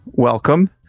Welcome